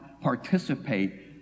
participate